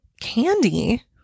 Candy